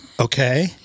okay